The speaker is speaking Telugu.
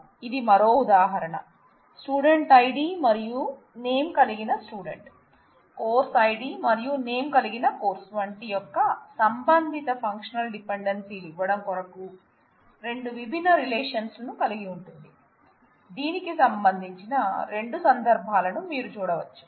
ఇది మరో ఉదాహరణ స్టూడెంట్ ఐడి మరియు నేమ్ కలిగిన స్టూడెంట్ కోర్సు ఐడి మరియు నేమ్ కలిగిన కోర్సు వాటి యొక్క సంబంధిత ఫంక్షనల్ డిపెండెన్స్ లు ఇవ్వడం కొరకు రెండు విభిన్న రిలేషన్స్ లను కలిగి ఉంటుంది దీనికి సంబంధించిన రెండు సందర్భాలను మీరు చూడవచ్చు